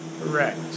Correct